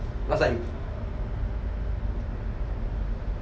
last time